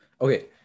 okay